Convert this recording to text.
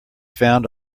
found